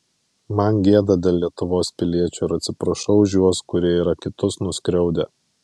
man gėda dėl lietuvos piliečių ir atsiprašau už juos kurie yra kitus nuskriaudę